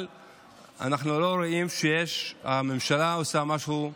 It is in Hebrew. אבל אנחנו לא רואים שהממשלה עושה משהו,